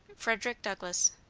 frederick douglass.